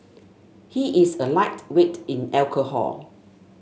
he is a lightweight in alcohol